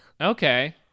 Okay